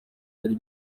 byari